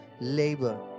labor